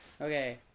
Okay